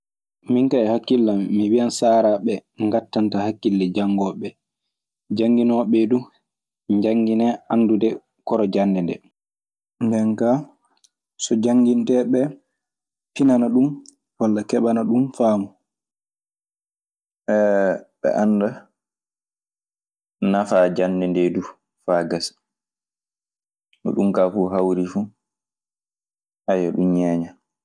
Min ka e hakillam, mi wiam saraɓe ngattata hakille jamgoɓe. Jamginaɓe dum janga anda koro jande dee. Nden kaa so jannginteeɓe ɓee pinana ɗun walla keɓana ɗun faamu. ɓe annda nafa jannde nde du faa gasa. So dum ka fuu hawri fuu, aywa ɗum ñeeƴan.